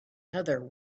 heather